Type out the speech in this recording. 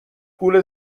پول